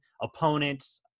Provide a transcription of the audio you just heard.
opponents